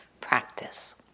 practice